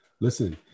Listen